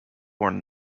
worn